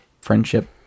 friendship